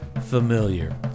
familiar